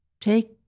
take